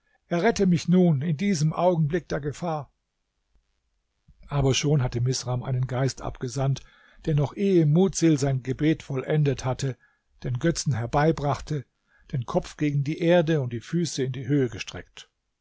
opfere errette mich nun in diesem augenblick der gefahr aber schon hatte misram einen geist abgesandt der noch ehe mudsil sein gebet vollendet hatte den götzen herbeibrachte den kopf gegen die erde und die füße in die höhe gestreckt